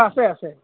আছে আছে